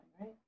right